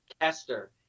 Kester